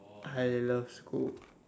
I love school